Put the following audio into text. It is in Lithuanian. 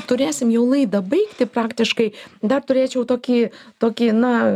turėsim jau laidą baigti praktiškai dar turėčiau tokį tokį na